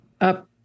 up